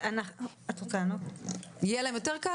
יהיה להם קל יותר?